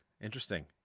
Interesting